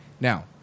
Now